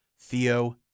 Theo